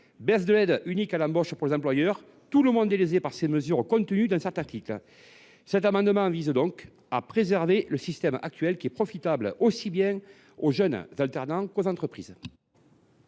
baisse de l’aide unique à l’embauche pour les employeurs : tout le monde est lésé par les mesures contenues dans cet article. Cet amendement vise donc à préserver le système actuel, qui est profitable aussi bien aux jeunes alternants qu’aux entreprises.